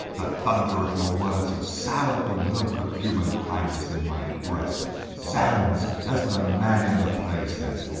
the thunder of your words has soured the milk of human kindness in my breast zounds! as the man in the play says,